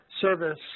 service